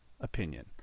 opinion